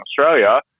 Australia